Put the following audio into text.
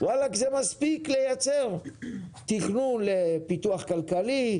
וואלק זה מספיק לייצר תכנון לפיתוח כלכלי.